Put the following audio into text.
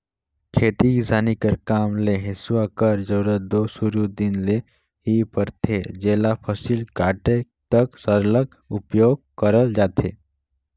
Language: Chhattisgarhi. खेती किसानी कर काम मे हेसुवा कर जरूरत दो सुरू दिन ले ही परथे जेला फसिल कटाए तक सरलग उपियोग करल जाथे